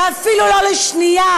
ואפילו לא לשנייה,